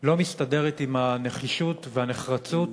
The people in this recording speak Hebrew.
לא מסתדרת עם הנחישות והנחרצות